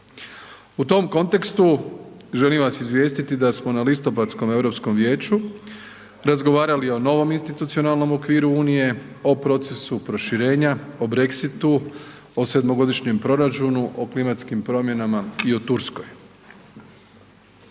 U tom kontekstu želim vas izvijestiti da smo na listopadskom Europskom vijeću razgovarali o novom institucionalnom okviru unije, o procesu proširenja, o Brexitu, o sedmogodišnjem proračunu, o klimatskim promjenama i o Turskoj.